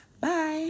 bye